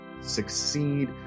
succeed